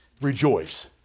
Rejoice